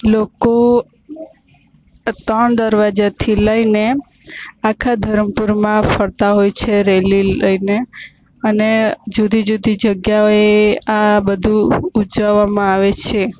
લોકો ત્રણ દરવાજાથી લઈને આખા ધરમપુરમાં ફરતા હોય છે રેલી લઈને અને જુદી જુદી જગ્યાએ આ બધું ઉજવવામાં આવે છે